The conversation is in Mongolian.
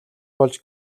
болж